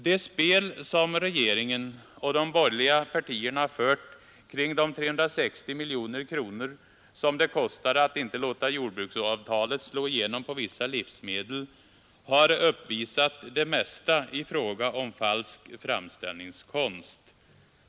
Det spel som regeringen och de borgerliga partierna fört kring de 360 miljoner kronor som det kostade att inte låta jordbruksavtalet slå igenom på vissa livsmedel har uppvisat det mesta i fråga om falsk framställningskonst.